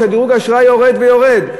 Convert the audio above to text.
שדירוג האשראי יורד ויורד?